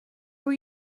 were